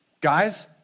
Guys